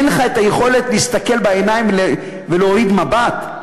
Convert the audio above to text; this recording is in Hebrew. אין לך יכולת להסתכל בעיניים ולהוריד מבט.